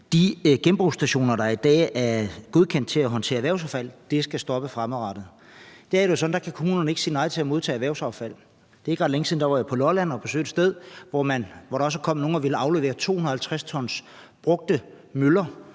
de genbrugsstationer, der i dag er godkendt til at håndtere erhvervsaffald, skal stoppe fremadrettet. I dag er det jo sådan, at kommunerne ikke kan sige nej til at modtage erhvervsaffald. For ikke ret længe siden var jeg på Lolland og besøge et sted, hvor der også kom nogle og ville aflevere 250 t brugte møllevinger,